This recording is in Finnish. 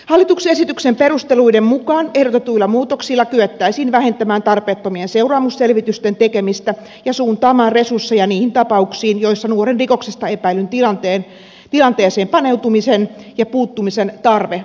hallituksen esityksen perusteluiden mukaan ehdotetuilla muutoksilla kyettäisiin vähentämään tarpeettomien seuraamusselvitysten tekemistä ja suuntaamaan resursseja niihin tapauksiin joissa nuoren rikoksesta epäillyn tilanteeseen paneutumisen ja puuttumisen tarve on suuri